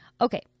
okay